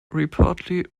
reportedly